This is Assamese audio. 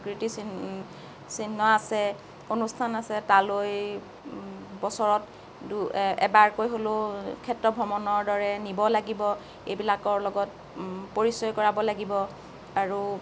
কীৰ্তিচিহ্ন আছে অনুষ্ঠান আছে তালৈ বছৰত এবাৰকৈ হ'লেও ক্ষেত্ৰ ভ্ৰমণৰ দৰে নিব লাগিব এইবিলাকৰ লগত পৰিচয় কৰাব লাগিব আৰু